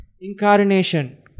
incarnation